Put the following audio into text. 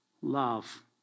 love